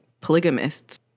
polygamists